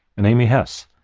and amy hess,